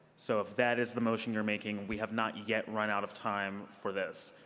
so if that is the motion you're making, we have not yet run out of time for this.